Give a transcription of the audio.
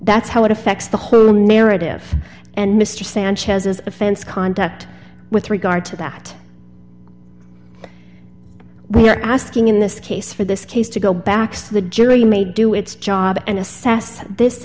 that's how it affects the whole narrative and mr sanchez's offense conduct with regard to that we are asking in this case for this case to go back so the jury may do its job and assess this